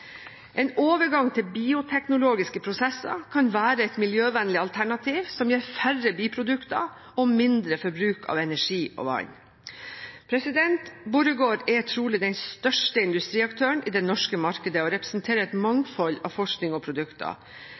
En overgang til bioteknologiske prosesser kan være et miljøvennlig alternativ som gir færre biprodukter og mindre forbruk av energi og vann. Borregaard er trolig den største industriaktøren i det norske markedet og representerer et mangfold av forskning og produkter.